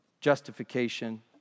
justification